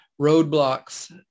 roadblocks